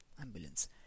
Ambulance